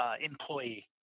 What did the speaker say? employee